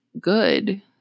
good